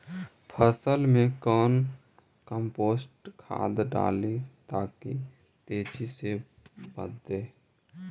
फसल मे कौन कम्पोस्ट खाद डाली ताकि तेजी से बदे?